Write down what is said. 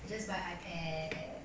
I just buy ipad